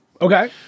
Okay